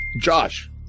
Josh